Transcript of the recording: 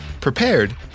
prepared